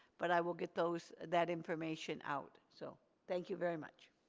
but i will get those, that information out. so thank you very much.